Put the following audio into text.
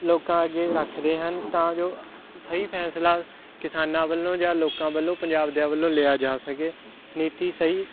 ਲੋਕਾਂ ਅੱਗੇ ਰੱਖਦੇ ਹਨ ਤਾਂ ਜੋ ਸਹੀ ਫੈਸਲਾ ਕਿਸਾਨਾਂ ਵੱਲੋਂ ਜਾਂ ਲੋਕਾਂ ਵੱਲੋਂ ਪੰਜਾਬ ਦੇ ਵੱਲੋਂ ਲਿਆ ਜਾ ਸਕੇ ਨੀਤੀ ਸਹੀ